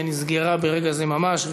שנסגרה ברגע זה ממש.